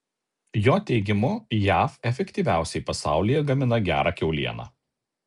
jo teigimu jav efektyviausiai pasaulyje gamina gerą kiaulieną